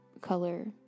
color